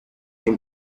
him